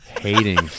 hating